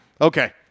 Okay